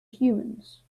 humans